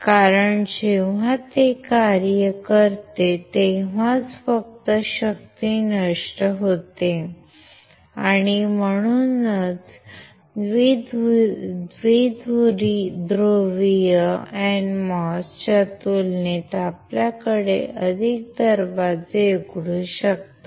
कारण जेव्हा ते कार्य करते तेव्हाच फक्त शक्ती नष्ट होते आणि म्हणूनच द्विध्रुवीय NMOS च्या तुलनेत आपल्याकडे अधिक दरवाजे असू शकतात